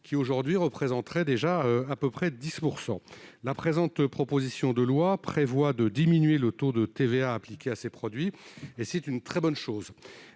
qui, aujourd'hui, représenteraient déjà près de 10 % du marché. La présente proposition de loi prévoit de diminuer le taux de TVA appliqué à ces produits, ce qui est une très bonne chose.